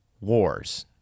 wars